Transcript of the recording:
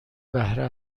بهره